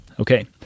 Okay